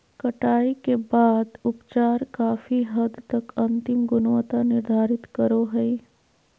कटाई के बाद के उपचार काफी हद तक अंतिम गुणवत्ता निर्धारित करो हइ